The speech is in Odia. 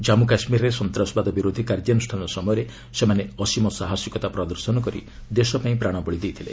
ଜାମ୍ମୁ କାଶ୍ମୀରରେ ସନ୍ତାସବାଦ ବିରୋଧୀ କାର୍ଯ୍ୟାନୁଷ୍ଠାନ ସମୟରେ ସେମାନେ ଅସୀମ ସାହସିକତା ପ୍ରଦର୍ଶନ କରି ଦେଶ ପାଇଁ ପ୍ରାଣବଳି ଦେଇଥିଲେ